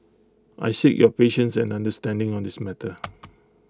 I seek your patience and understanding on this matter